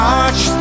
March